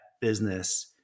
business